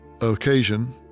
occasion